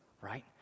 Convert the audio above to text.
right